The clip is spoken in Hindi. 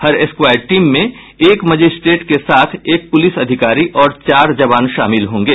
हर स्क्वायड टीम में एक मजिस्ट्रेट के साथ एक प्रलिस अधिकारी और चार जवान शामिल होंगे